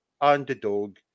underdog